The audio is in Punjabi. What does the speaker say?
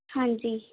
ਹਾਂਜੀ